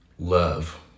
love